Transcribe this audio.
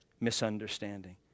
misunderstanding